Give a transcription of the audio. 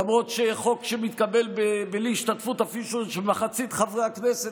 למרות שחוק מתקבל בלי השתתפות אפילו של מחצית חברי הכנסת,